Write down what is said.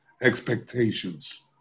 expectations